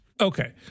Okay